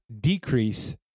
decrease